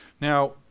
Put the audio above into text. Now